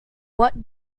what